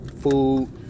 food